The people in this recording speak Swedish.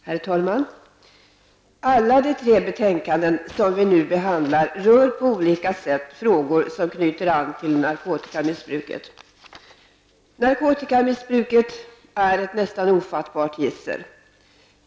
Herr talman! Alla de tre betänkanden som vi nu behandlar rör på olika sätt frågor som knyter an till narkotikamissbruket. Narkotikamissbruket är ett nästan ofattbart gissel.